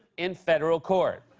in federal court.